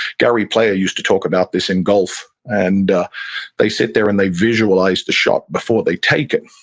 gary player used to talk about this in golf. and ah they sit there and they visualize the shot before they take it.